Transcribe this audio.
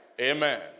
Amen